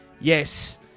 yes